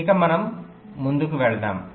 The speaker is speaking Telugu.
ఇక మనం ముందుకు వెళ్దాం